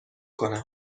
کنم